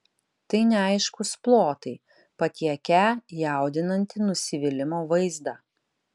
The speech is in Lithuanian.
tai neaiškūs plotai patiekią jaudinantį nusivylimo vaizdą